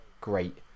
great